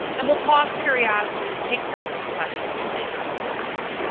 and we'll pause periodically to take some of those questions as they come in as well.